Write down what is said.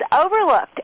overlooked